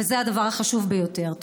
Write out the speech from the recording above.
וזה הדבר החשוב ביותר.